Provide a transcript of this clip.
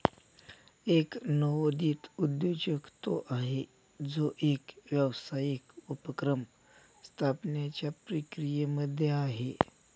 एक नवोदित उद्योजक तो आहे, जो एक व्यावसायिक उपक्रम स्थापण्याच्या प्रक्रियेमध्ये आहे